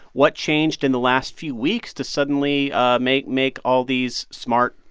what changed in the last few weeks to suddenly ah make make all these smart,